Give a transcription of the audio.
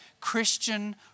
Christian